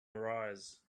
arise